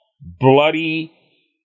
bloody